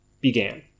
began